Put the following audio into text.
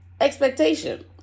expectation